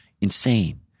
Insane